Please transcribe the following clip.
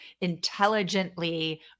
intelligently